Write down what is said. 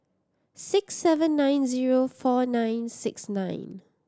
six seven nine zero four nine six nine